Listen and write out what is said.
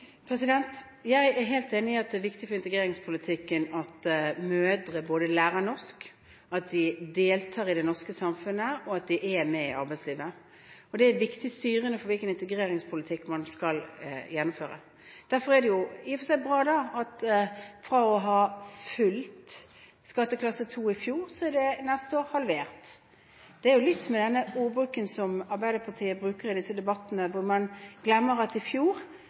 Jeg er helt enig i at det er viktig for integreringspolitikken at mødre både lærer norsk, deltar i det norske samfunnet og er med i arbeidslivet. Det er styrende for hvilken integreringspolitikk man skal gjennomføre. Derfor er det i og for seg bra at fra å ha full skatteklasse 2 i fjor, er den neste år halvert. Det er noe med denne ordbruken til Arbeiderpartiet i disse debattene; man glemmer at i fjor